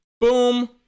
Boom